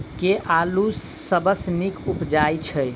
केँ आलु सबसँ नीक उबजय छै?